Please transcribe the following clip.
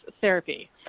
Therapy